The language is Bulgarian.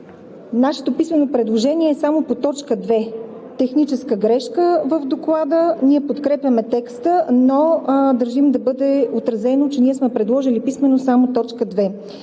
нашето писмено предложение е само по т. 2 – техническа грешка в Доклада. Ние подкрепяме текста, но държим да бъде отразено, че ние сме предложили писмено само т. 2.